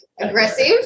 aggressive